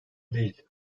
değil